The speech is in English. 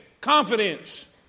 confidence